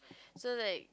so like